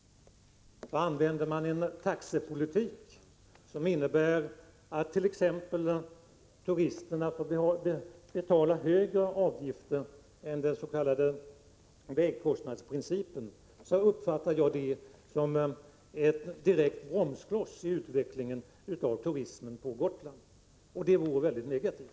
Använder man en taxepolitik som innebär att t.ex. turisterna får betala högre avgifter än om man tillämpade den s.k. vägkostnadsprincipen, uppfattar jag det som en direkt bromskloss i utvecklingen av turismen på Gotland. Det vore mycket negativt.